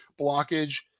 blockage